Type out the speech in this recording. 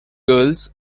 gulls